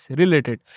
related